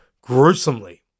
gruesomely